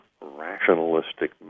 rationalistic